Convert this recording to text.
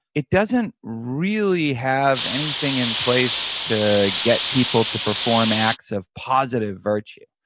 it doesn't really have anything in place to get people to perform acts of positive virtue.